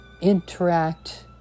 interact